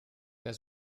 wer